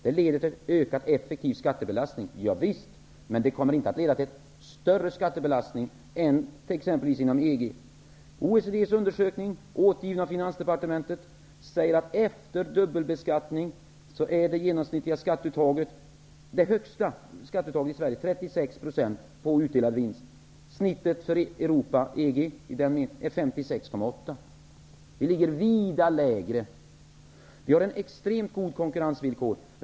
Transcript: Det leder till en ökad, effektiv skattebelastning, men det kommer inte att leda till större skattebelastning än man har inom EG. Finansdepartementet, säger att det högsta genomsnittliga skatteuttaget i Sverige är 36 % på utdelad vinst, efter dubbelbeskattning. Genomsnittet inom EG är 56,8 %. Vi ligger alltså betydligt lägre än EG. Vi har extremt goda konkurrensvillkor.